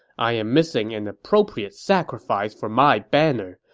i am missing an appropriate sacrifice for my banner,